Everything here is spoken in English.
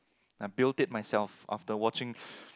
I built it myself after watching